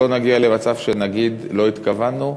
שלא נגיע למצב שנגיד לא התכוונו,